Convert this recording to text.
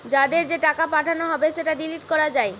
যাদের যে টাকা পাঠানো হবে সেটা ডিলিট করা যায়